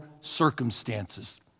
circumstances